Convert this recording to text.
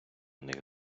них